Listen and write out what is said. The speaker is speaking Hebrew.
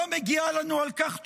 לא מגיעה לנו על כך תשובה?